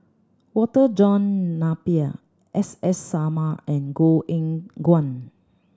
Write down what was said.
Walter John Napier S S Sarma and Eng Guan